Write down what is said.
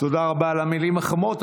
תודה רבה על המילים החמות.